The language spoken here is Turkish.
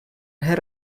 her